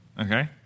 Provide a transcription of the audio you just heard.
Okay